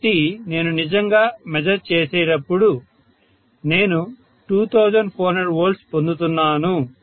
కాబట్టి నేను నిజంగా మెజర్ చేసినప్పుడు నేను 2400V పొందుతున్నాను